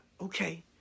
Okay